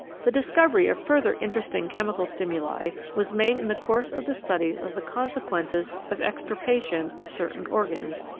the discovery of further interesting chemical stimuli was made in the course of the studies of the consequences of extirpation of certain organs,